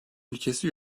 ülkesi